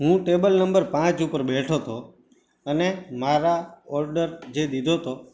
હું table number પાંચ ઉપર બેઠો હતો અને મારા ઓર્ડર જે દીધો હતો